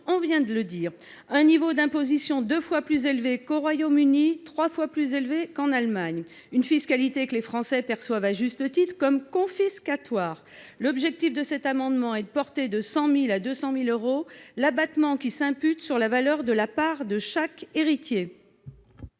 donations, soit un niveau d'imposition deux fois plus élevé qu'au Royaume-Uni et trois fois plus important qu'en Allemagne. Il s'agit là d'une fiscalité que les Français perçoivent à juste titre comme confiscatoire. L'objet de cet amendement est de porter de 100 000 euros à 200 000 euros l'abattement s'imputant sur la valeur de la part de chaque héritier.